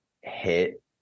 hit